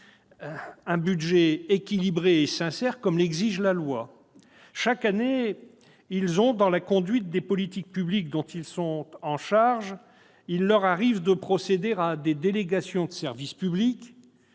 un budget équilibré et sincère, comme l'exige la loi. Chaque année, dans la conduite des politiques publiques dont ils ont la charge, il leur arrive de procéder à des délégations de service public,